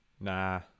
Nah